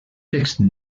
textes